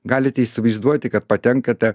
galite įsivaizduoti kad patenkate